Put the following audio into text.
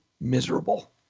miserable